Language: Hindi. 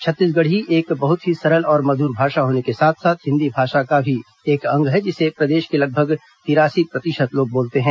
छत्तीसगढ़ी एक बहुत ही सरल और मधुर भाषा होने के साथ साथ हिन्दी भाषा का भी एक अंग है जिसे प्रदेश के लगभग तिरासी प्रतिशत लोग बोलते हैं